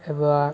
एबा